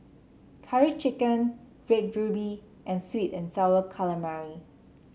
Curry Chicken Red Ruby and sweet and sour calamari